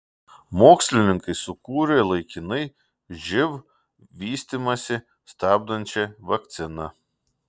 mokslininkai sukūrė laikinai živ vystymąsi stabdančią vakciną